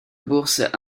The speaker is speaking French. bourse